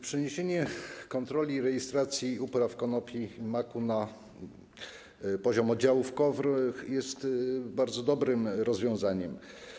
Przeniesienie kontroli i rejestracji upraw konopi i maku na poziom oddziałów KOWR jest bardzo dobrym rozwiązaniem.